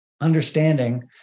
understanding